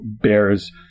bears